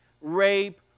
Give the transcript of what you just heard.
rape